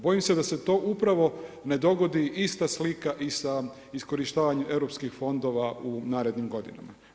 Bojim se da se to upravo ne dogodi ista slika i sa iskorištavanjem europskih fondova u narednim godinama.